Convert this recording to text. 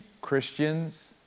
Christians